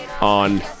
on